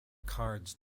cards